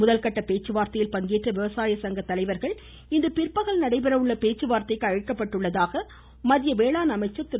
முதல்கட்ட பேச்சுவார்த்தையில் பங்கேற்ற விவசாய சங்க தலைவர்கள் இன்று பிற்பகல் நடைபெற உள்ள பேச்சுவார்தைக்கு அழைக்கப்பட்டுள்ளதாக மத்திய வேளாண் அமைச்சர் திரு